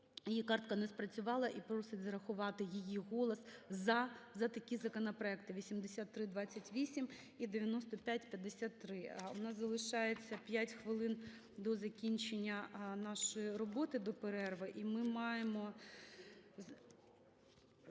її картка не спрацювала і просить зарахувати її голос за такі законопроекти: 8328 і 9553. У нас залишається 5 хвилин до закінчення нашої роботи, до перерви.